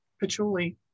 patchouli